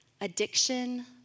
addiction